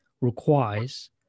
requires